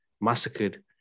massacred